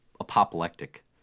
apoplectic